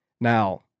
Now